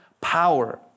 power